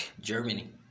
Germany